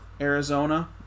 Arizona